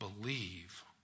believe